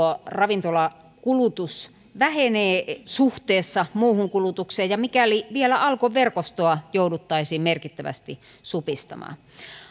ravintolakulutus vähenee suhteessa muuhun kulutukseen ja mikäli vielä alkon verkostoa jouduttaisiin merkittävästi supistamaan